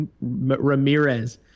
Ramirez